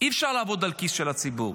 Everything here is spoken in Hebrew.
אי-אפשר לעבוד על הכיס של הציבור.